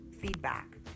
feedback